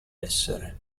essere